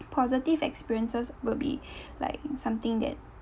positive experiences will be like something that